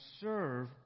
serve